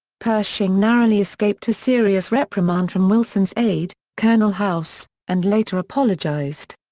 pershing narrowly escaped a serious reprimand from wilson's aide, colonel house, and later apologized.